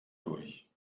durch